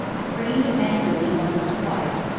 screamed angrily once or twice,